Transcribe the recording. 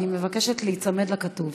אני מבקשת להיצמד לכתוב.